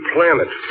Planet